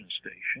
station